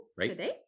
today